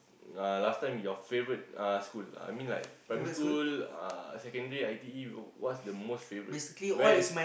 uh last time your favourite uh school uh I mean like primary school uh secondary I_T_E what's the most favourite where is